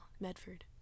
Medford